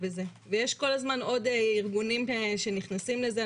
בזה ויש כל הזמן עוד ארגונים שנכנסים לזה,